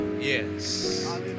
Yes